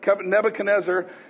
Nebuchadnezzar